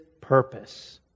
purpose